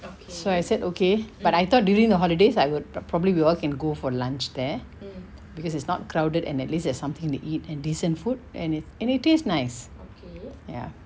so I said okay but I thought during the holidays I would probably we all can go for lunch there because it's not crowded and at least as there's something to eat and decent food and it taste nice ya